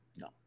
no